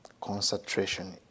concentration